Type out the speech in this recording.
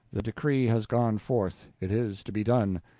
the decree has gone forth, it is to be done,